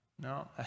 No